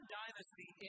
dynasty